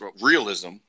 realism